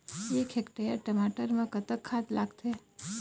एक हेक्टेयर टमाटर म कतक खाद लागथे?